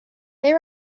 they